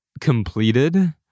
completed